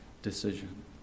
Decision